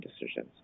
decisions